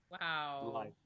Wow